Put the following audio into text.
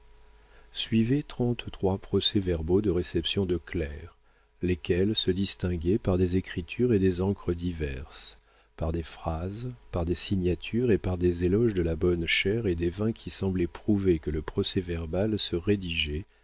suivaient trente-trois procès-verbaux de réceptions de clercs lesquels se distinguaient par des écritures et des encres diverses par des phrases par des signatures et par des éloges de la bonne chère et des vins qui semblaient prouver que le procès-verbal se rédigeait